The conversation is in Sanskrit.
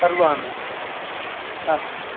सर्वान् वा हा